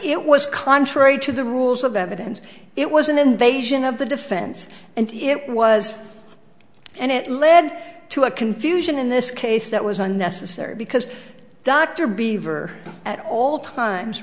it was contrary to the rules of evidence it was an invasion of the defense and it was and it led to a confusion in this case that was unnecessary because dr beaver at all times